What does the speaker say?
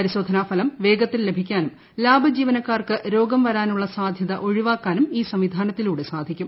പരിശോധനാ ഫലം വേഗത്തിൽ ലഭിക്കാനും ലാബ് ജീവനക്കാർക്ക് രോഗം വരാനുള്ള സാധ്യത ഒഴിവാക്കാനും ഈ സംവിധാനത്തിലൂടെ സാധിക്കും